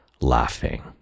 laughing